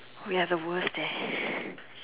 we have the worst eh